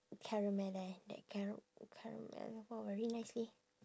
caramel eh that cara~ caramel !wah! very nice leh